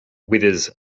withers